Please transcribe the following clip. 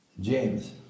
James